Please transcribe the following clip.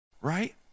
Right